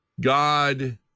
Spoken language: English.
God